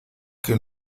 que